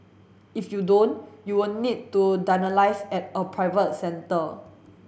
if you don't you will need to at a private centre